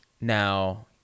now